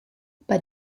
bei